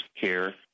care